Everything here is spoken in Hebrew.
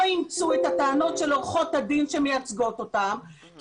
אימצו את הטענות של עורכות הדין שמייצגות אותם כי